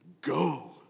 Go